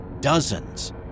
dozens